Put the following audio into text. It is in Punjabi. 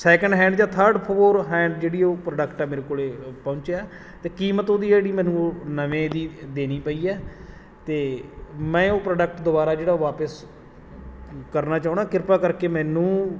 ਸੈਕਿੰਡ ਹੈਂਡ ਜਾਂ ਥਰਡ ਫੋਰ ਹੈਂਡ ਜਿਹੜੀ ਉਹ ਪ੍ਰੋਡਕਟ ਹੈ ਮੇਰੇ ਕੋਲ ਪਹੁੰਚਿਆ ਅਤੇ ਕੀਮਤ ਉਹਦੀ ਜਿਹੜੀ ਮੈਨੂੰ ਉਹ ਨਵੇਂ ਦੀ ਦੇਣੀ ਪਈ ਹੈ ਅਤੇ ਮੈਂ ਉਹ ਪ੍ਰੋਡਕਟ ਦੁਬਾਰਾ ਜਿਹੜਾ ਉਹ ਵਾਪਸ ਕਰਨਾ ਚਾਹੁੰਦਾ ਕਿਰਪਾ ਕਰਕੇ ਮੈਨੂੰ